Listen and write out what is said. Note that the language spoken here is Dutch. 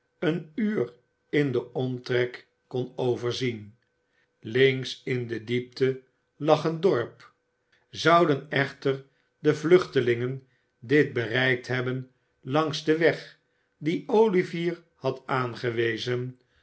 een uur in den omtrek kon overzien links in de diepte lag een dorp zouden echter de vluchtelingen dit bereikt hebben langs den weg dien olivier had aangewezen